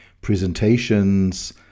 presentations